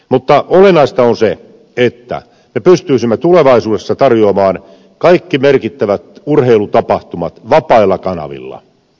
mutta olennaista on se että me pystyisimme tulevaisuudessa tarjoamaan kaikki merkittävät urheilutapahtumat vapailla kanavilla